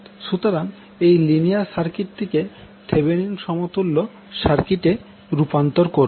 সুতরাং প্রথমে এই লিনিয়ার সার্কিটটিকে থেভেনিন সমতুল্য সার্কিটে রূপান্তর করবো